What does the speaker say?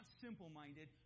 simple-minded